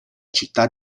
città